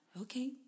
okay